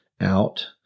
out